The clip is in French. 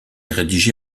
rédigé